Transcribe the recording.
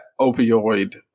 opioid